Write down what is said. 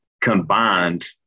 combined